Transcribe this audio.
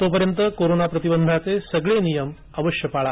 तोपर्यंत कोरोना प्रतिबंधाचे सगळे नियम अवश्य पाळा